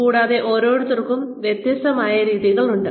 കൂടാതെ ഓരോരുത്തർക്കും വ്യത്യസ്തമായ രീതികളുണ്ട്